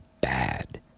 bad